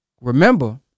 Remember